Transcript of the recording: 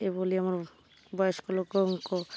ଏଭଳି ଆମର ବୟସ୍କ ଲୋକଙ୍କ